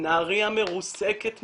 נהריה מרוסקת מסמים,